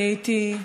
אני הייתי,